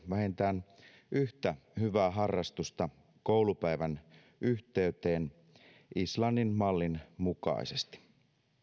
vähintään yhtä hyvää harrastusta koulupäivän yhteyteen islannin mallin mukaisesti